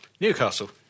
Newcastle